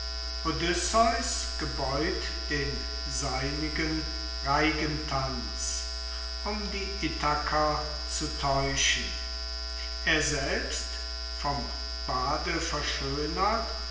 den seinigen reigentanz um die ithaker zu täuschen er selbst vom bade verschönert